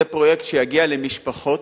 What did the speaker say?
זה פרויקט שיגיע למשפחות,